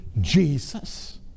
Jesus